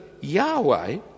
Yahweh